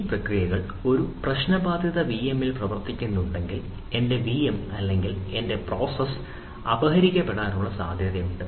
ഈ പ്രക്രിയകൾ ഒരു പ്രശ്നബാധിത വിഎമ്മിൽ പ്രവർത്തിക്കുന്നുണ്ടെങ്കിൽ എന്റെ വിഎം അല്ലെങ്കിൽ എന്റെ പ്രോസസ്സ് അപഹരിക്കപ്പെടാനുള്ള സാധ്യത ഉണ്ട്